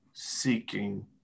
Seeking